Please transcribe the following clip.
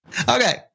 Okay